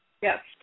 Yes